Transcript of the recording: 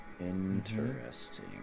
Interesting